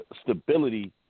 Stability